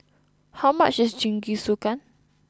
how much is Jingisukan